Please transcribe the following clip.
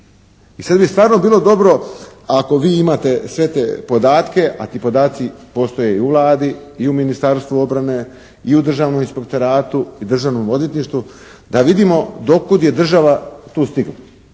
I sada bi stvarno bilo dobro ako vi imate sve te podatke, a ti podaci postoje i u Vladi i u Ministarstvu obrne i u Državnom inspektoratu i Državnom odvjetništvu, da vidimo do kud je država tu stigla.